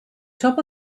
top